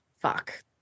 fuck